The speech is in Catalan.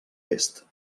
est